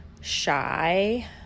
shy